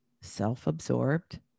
self-absorbed